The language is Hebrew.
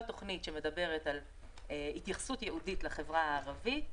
תוכנית שמדברת על התייחסות ייעודית לחברה הערבית